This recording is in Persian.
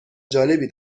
جالبی